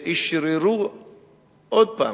אשררו עוד פעם,